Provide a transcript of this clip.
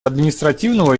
административного